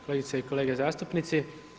Kolegice i kolege zastupnici.